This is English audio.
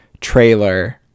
trailer